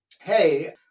hey